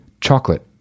chocolate